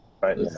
Right